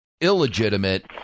illegitimate